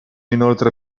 inoltre